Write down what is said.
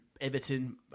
Everton